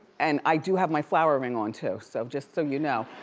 and i do have my flower ring on too, so just so you know.